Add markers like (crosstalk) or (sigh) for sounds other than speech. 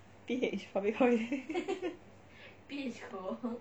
p_h public holiday (laughs)